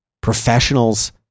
professionals